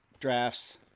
drafts